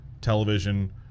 television